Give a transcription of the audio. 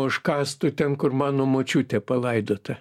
užkastų ten kur mano močiutė palaidota